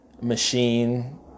machine